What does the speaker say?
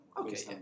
Okay